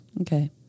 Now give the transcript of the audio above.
Okay